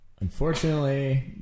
Unfortunately